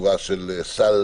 בצורה של סל